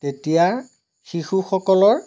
তেতিয়া শিশুসকলৰ